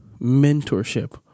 mentorship